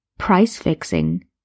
price-fixing